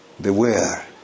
beware